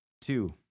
Two